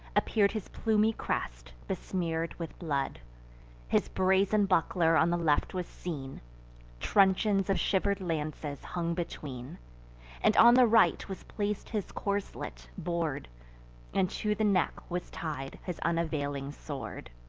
appear'd his plumy crest, besmear'd with blood his brazen buckler on the left was seen truncheons of shiver'd lances hung between and on the right was placed his corslet, bor'd and to the neck was tied his unavailing sword.